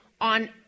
on